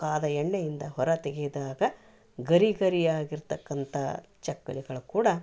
ಕಾದ ಎಣ್ಣೆಯಿಂದ ಹೊರ ತೆಗೆದಾಗ ಗರಿ ಗರಿಯಾಗಿರ್ತಕ್ಕಂಥ ಚಕ್ಲಿಗಳು ಕೂಡ